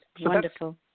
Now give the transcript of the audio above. wonderful